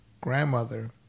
grandmother